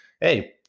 Hey